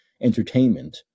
entertainment